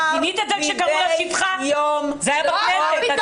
זה היה בכנסת.